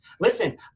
Listen